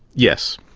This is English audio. yes,